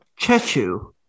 Chechu